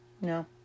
no